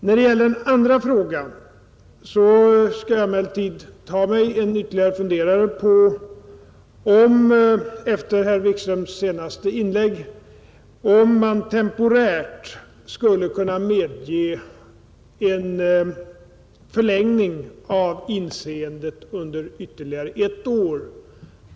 När det gäller den andra frågan vill jag säga att jag efter herr Wikströms senaste inlägg skall ta mig ytterligare en funderare på om man temporärt skulle kunna medge en förlängning av tillsynen under ytterligare ett år.